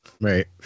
Right